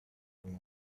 where